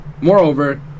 Moreover